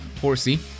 Horsey